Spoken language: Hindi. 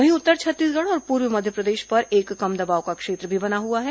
वहीं उत्तर छत्तीसगढ़ और पूर्वी मध्यप्रदेश पर एक कम दबाव का क्षेत्र भी बना हुआ है